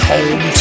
Home